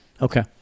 Okay